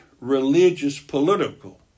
religious-political